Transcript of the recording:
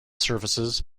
surfaces